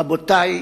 רבותי,